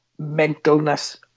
mentalness